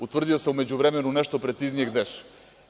Utvrdio sam u međuvremenu nešto preciznije gde su.